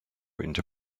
into